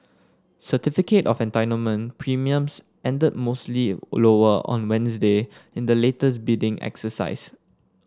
certificate of Entitlement premiums ended mostly lower on Wednesday in the latest bidding exercise